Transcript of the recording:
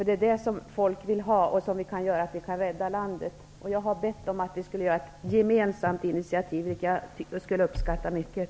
Det är det folk vill ha, och det är det som kan göra att vi kan rädda landet. Jag har bett om att vi skulle ta ett gemensamt initiativ. Det skulle jag uppskatta mycket.